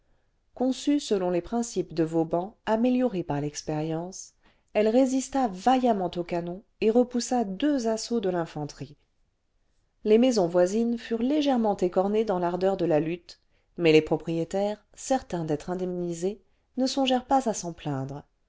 conçue selon les principes de vauban améliorés par l'expérience elle résista vaillamment au canon et repoussa deux assauts de l'infanterie les maisons voisines furent légèrement écornées dans l'ardeur de la lutte mais les propriétaires certains d'être indemnisés ne songèrent pas à s'en plaindre